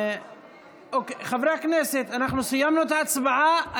חברי הכנסת, סיימנו את ההצבעה.